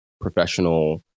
professional